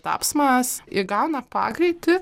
tapsmas įgauna pagreitį